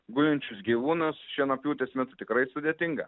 gulinčius gyvūnus šienapjūtės metu tikrai sudėtinga